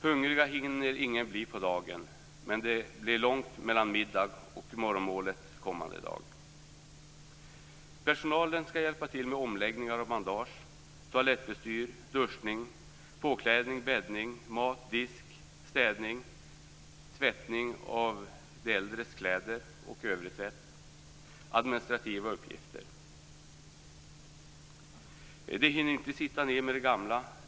Hungrig hinner ingen bli på dagen, men det blir långt mellan middagen och morgonmålet kommande dag. Personalen skall hjälpa till med omläggning av bandage, toalettbestyr, duschning, påklädning, bäddning, sköta mat, disk, städning, tvättning av de äldres kläder och övrig tvätt samt administrativa uppgifter. De hinner inte sitta ned med de gamla.